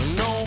no